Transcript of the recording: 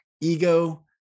ego